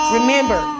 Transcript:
Remember